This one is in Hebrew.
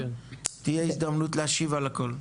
תהיה הזדמנות להשיב על הכל.